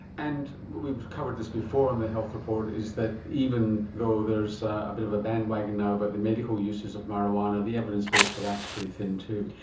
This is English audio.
and we've covered this before on the health report, that even though there is a bit of a bandwagon now about the medical uses of marijuana, the evidence-base for that is pretty thin too.